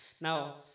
Now